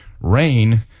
rain